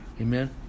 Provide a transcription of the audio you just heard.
Amen